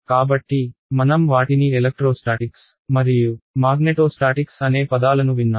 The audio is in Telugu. కాబట్టి మనం వాటిని ఎలక్ట్రోస్టాటిక్స్ మరియు మాగ్నెటోస్టాటిక్స్ అనే పదాలను విన్నాం